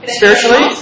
spiritually